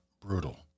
Brutal